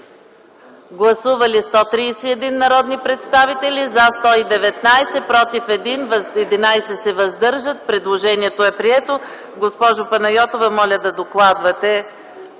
Гласували 131 народни представители: за 119, против 1, въздържали се 11. Предложението е прието. Госпожо Панайотова, моля да докладвате